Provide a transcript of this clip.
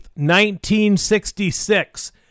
1966